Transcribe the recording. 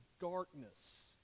darkness